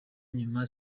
nyuma